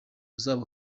uzaba